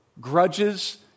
grudges